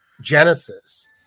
Genesis